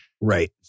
Right